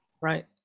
right